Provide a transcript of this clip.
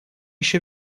еще